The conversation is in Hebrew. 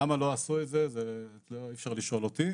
למה לא עשו את זה אי אפשר לשאול אותי.